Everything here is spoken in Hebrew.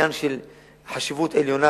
עניין של חשיבות עליונה,